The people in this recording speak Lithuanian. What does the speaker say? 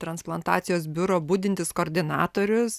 transplantacijos biuro budintis koordinatorius